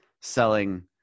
selling